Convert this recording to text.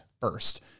first